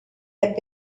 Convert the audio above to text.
had